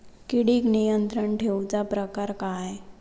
किडिक नियंत्रण ठेवुचा प्रकार काय?